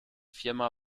firma